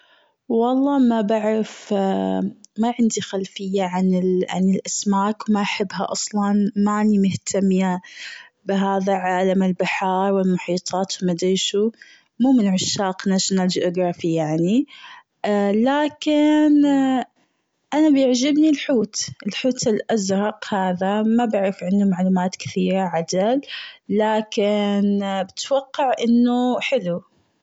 والله ما بعرف ما عندي خلفية عن ال-عن الأسماك ما أحبها أصلا ماني مهتمية بهذا عالم البحار والمحيطات مدري شو، مو من عشاق National Geographic يعني لكن أنا بيعجبني الحوت، الحوت الأزرق هذا ما بعرف عنه معلومات كثيرة عدل، لكن بتوقع أنه حلو.